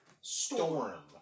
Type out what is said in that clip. Storm